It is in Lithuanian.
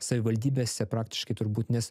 savivaldybėse praktiškai turbūt nes